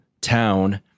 town